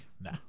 nah